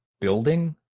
building